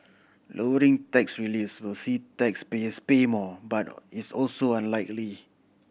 lowering tax reliefs will see taxpayers pay more but is also unlikely